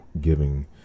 giving